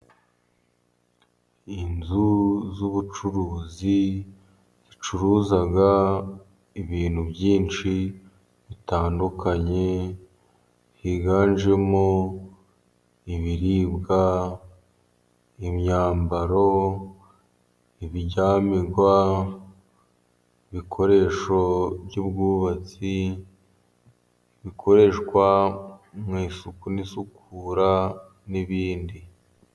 Inzu z'ubucuruzi zicuruza ibintu byinshi bitandukanye, higanjemo ibiribwa, imyambaro, ibiryamirwa, ibikoresho by'ubwubatsi bikoreshwa mu isuku n'isukura n'ibindi.